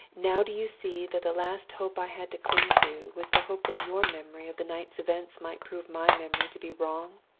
now do you see that the last hope i had to cling to was the hope that your memory of the night's events might prove my memory to be wrong?